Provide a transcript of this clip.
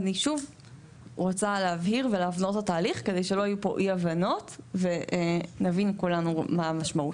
אני רוצה להבהיר כדי שלא יהיו פה אי הבנות ונבין כולנו מה המשמעות.